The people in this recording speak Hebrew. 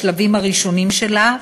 בשלב הראשוני שלה,